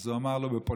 אז הוא אמר לו בפולנית: